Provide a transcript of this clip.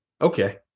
okay